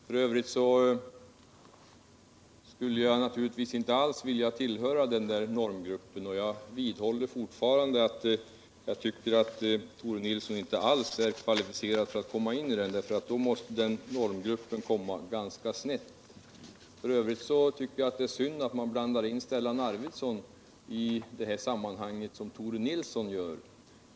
F. ö. skulle jag naturligtvis inte vilja tillhöra den där normgruppen, och jag vidhåller att Tore Nilsson inte alls är kvalificerad att komma in i den, för då måste den gruppen komma ganska snett. Det är synd att blanda in Stellan Arvidson i detta sammanhang, som Tore Nilsson gör.